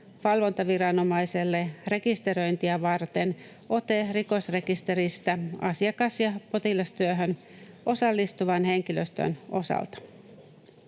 valvontaviranomaiselle rekisteröintiä varten ote rikosrekisteristä asiakas- ja potilastyöhön osallistuvan henkilöstön osalta.